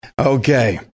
Okay